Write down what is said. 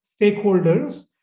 stakeholders